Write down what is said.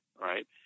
right